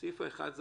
סעיף אחד זה